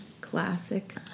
Classic